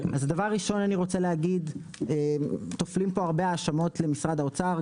אז דבר ראשון אני רוצה להגיד טופלים פה הרבה האשמות למשרד האוצר,